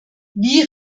wie